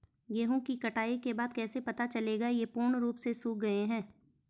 गेहूँ की कटाई के बाद कैसे पता चलेगा ये पूर्ण रूप से सूख गए हैं?